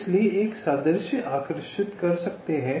इसलिए एक सादृश्य आकर्षित कर सकते हैं